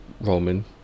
Roman